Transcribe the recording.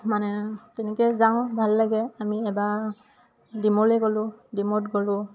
মানে তেনেকে যাওঁ ভাল লাগে আমি এবাৰ ডিমৌলে গ'লোঁ ডিমৌত গ'লোঁ